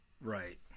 Right